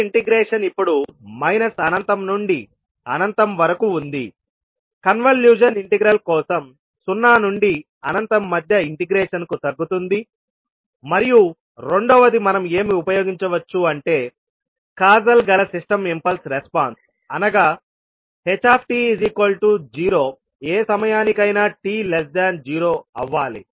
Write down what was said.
మీ integration ఇప్పుడు minus అనంతం నుండి అనంతం వరకు ఉంది కన్వల్యూషన్ ఇంటిగ్రల్ కోసం సున్నా నుండి అనంతం మధ్య ఇంటెగ్రేషన్ కు తగ్గుతుంది మరియు రెండవది మనం ఏమి ఉపయోగించవచ్చు అంటే కాసల్ గల సిస్టం ఇంపల్స్ రెస్పాన్స్ అనగా ht0ఏ సమయానికైనా t0 అవ్వాలి